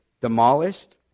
demolished